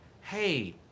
hey